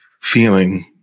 feeling